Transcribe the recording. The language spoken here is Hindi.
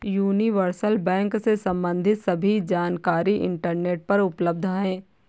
यूनिवर्सल बैंक से सम्बंधित सभी जानकारी इंटरनेट पर उपलब्ध है